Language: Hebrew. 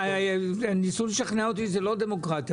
ניסו לשכנע אותי שזה לא דמוקרטיה,